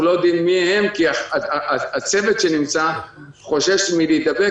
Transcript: לא יודעים מי הם כי הצוות שנמצא חושש להידבק